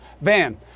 Van